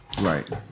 Right